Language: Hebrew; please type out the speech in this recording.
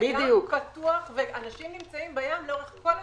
הים הוא פתוח ואנשים נמצאים בים לאורך כל השנה.